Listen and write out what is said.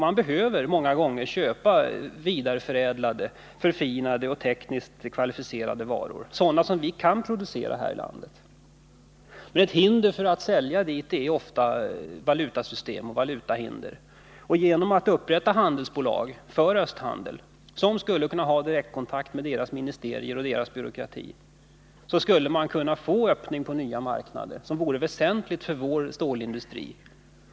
Man behöver många gånger köpa vidareför ädlade, förfinade och tekniskt kvalificerade varor, sådana som vi kan producera här i landet. Ett hinder när det gäller att sälja dit är ofta valutasystemet. Genom att upprätta handelsbolag för östhandel, som skulle kunna ha direktkontakt med öststaternas ministerier och byråkrati, skulle man kunna få en öppning till nya marknader. Detta vore väsentligt för vår stålindustri.